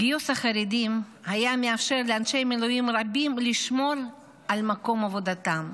גיוס החרדים היה מאפשר לאנשי מילואים רבים לשמור על מקום עבודתם,